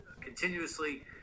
continuously